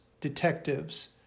detectives